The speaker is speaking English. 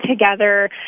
together